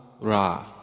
Ra